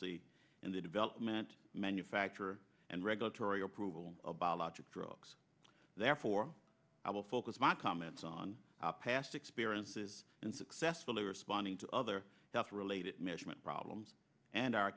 in the development manufacture and regulatory approval about logic drugs therefore i will focus my comments on past experiences and successfully responding to other health related measurement problems and our